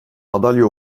madalya